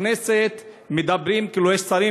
בכנסת מדברים, ויש גם שרים,